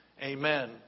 Amen